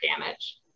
damage